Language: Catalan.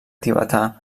tibetà